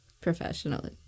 professionally